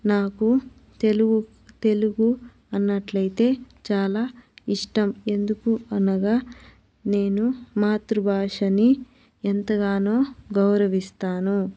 నాకు తెలుగు తెలుగు అన్నట్లయితే చాలా ఇష్టం ఎందుకు అనగా నేను మాతృభాషని ఎంతగానో గౌరవిస్తాను